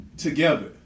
together